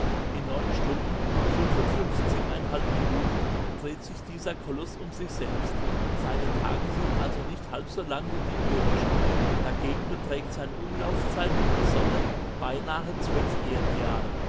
in stunden minuten dreht sich dieser koloß um sich selbst seine tage sind also nicht halb so lang wie die irdischen dagegen beträgt seine umlaufzeit um die sonne beinahe erdenjahre